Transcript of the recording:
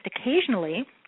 occasionally